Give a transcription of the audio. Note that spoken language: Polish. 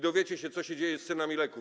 Dowiecie się, co się dzieje z cenami leków.